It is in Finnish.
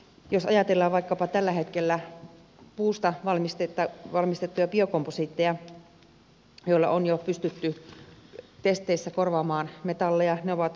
jos ajatellaan vaikkapa tällä hetkellä puusta valmistettuja biokomposiitteja joilla on jo pystytty testeissä korvaamaan metalleja ne ovat lujia